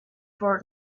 for